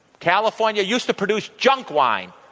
california used to produce junk wine,